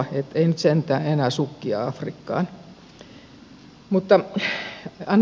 että ei nyt sentään enää sukkia afrikkaan